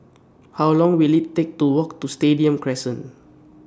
How Long Will IT Take to Walk to Stadium Crescent